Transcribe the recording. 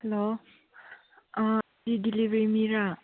hello ꯁꯤ delivery ꯃꯤꯔꯥ